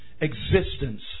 existence